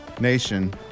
Nation